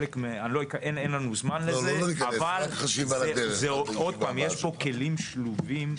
אין לנו זמן לזה, אבל עוד פעם יש פה כלים שלובים.